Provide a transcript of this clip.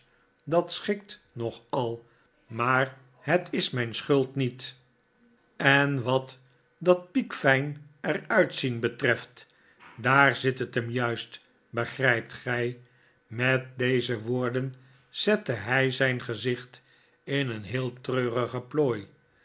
dat schikt nogal maar het is mijn schuld niet en wat dat piekfijn er uit zien betreft daar zit het m juist begrijpt gij met deze woorden zette hij zijn gezicht in een heel treurige plooi